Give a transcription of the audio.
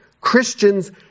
Christians